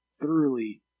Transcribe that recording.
thoroughly